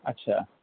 اچھا